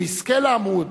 הוא יזכה לעמוד